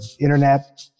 internet